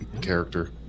character